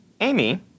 Amy